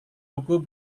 buku